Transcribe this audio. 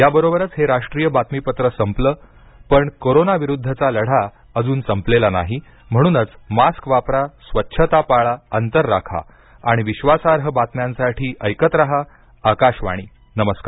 याबरोबरच हे राष्ट्रीय बातमीपत्र संपलं पण कोरोनाविरुद्धचा लढा अजून संपलेला नाही म्हणूनच मास्क वापरा स्वच्छता पाळा अंतर राखा आणि विश्वासार्ह बातम्यांसाठी ऐकत रहा आकाशवाणी नमस्कार